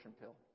pill